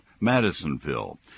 Madisonville